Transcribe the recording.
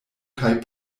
kaj